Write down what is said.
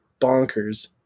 bonkers